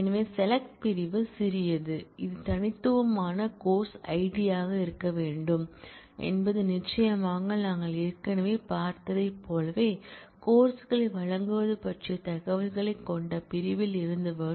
எனவே SELECT பிரிவு சிறியது இது தனித்துவமான கோர்ஸ் ஐடியாக இருக்க வேண்டும் என்பது நிச்சயமாக நாங்கள் ஏற்கனவே பார்த்ததைப் போலவே கோர்ஸ் களை வழங்குவது பற்றிய தகவல்களைக் கொண்ட பிரிவில் இருந்து வரும்